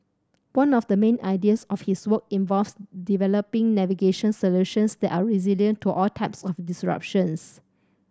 one of the main areas of his work involves developing navigation solutions that are resilient to all types of disruptions